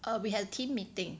we had a team meeting